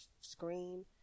screen